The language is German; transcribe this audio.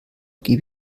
gebe